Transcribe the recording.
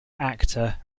actor